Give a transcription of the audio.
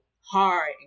hard